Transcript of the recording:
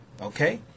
Okay